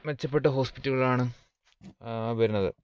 മെച്ചപ്പെട്ട ഹോസ്പിറ്റലുകളാണ് വരുന്നത്